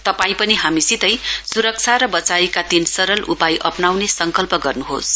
तपाई पनि हामीसितै सुरक्षा र वचाइका तीन सरल उपाय अप्नाउने संकल्प गर्नुहोस